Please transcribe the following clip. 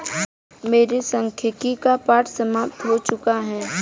मेरे सांख्यिकी का पाठ समाप्त हो चुका है